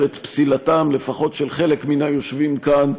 את פסילתם של לפחות חלק מהיושבים כאן,